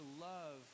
love